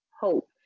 hope